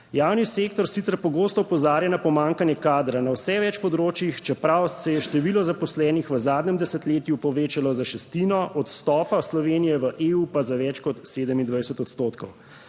Javni sektor sicer pogosto opozarja na pomanjkanje kadra na vse več področjih, čeprav se je število zaposlenih v zadnjem desetletju povečalo za šestino, od vstopa Slovenije v EU pa za več kot 27 odstotkov.